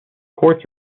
quartz